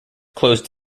closed